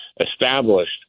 established